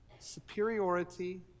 superiority